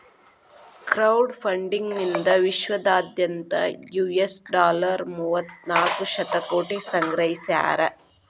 crowd funding ನಿಂದಾ ವಿಶ್ವದಾದ್ಯಂತ್ US dollar ಮೂವತ್ತನಾಕ ಶತಕೋಟಿ ಸಂಗ್ರಹಿಸ್ಯಾರ